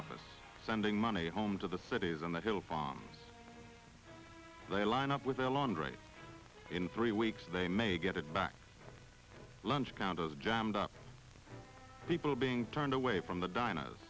office sending money home to the cities on the hill farm they line up with the laundry in three weeks they may get it back lunch counters jammed up people being turned away from the diners